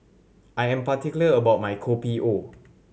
I am particular about my Kopi O